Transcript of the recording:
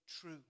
true